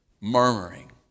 Murmuring